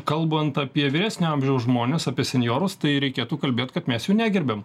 kalbant apie vyresnio amžiaus žmones apie senjorus tai reikėtų kalbėt kad mes jų negerbiam